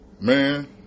man